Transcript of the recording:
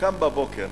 קם בבוקר,